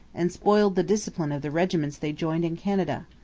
and spoiled the discipline of the regiments they joined in canada.